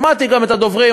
שמעתי גם את הדוברים,